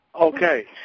Okay